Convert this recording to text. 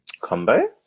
Combo